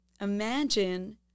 Imagine